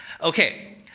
Okay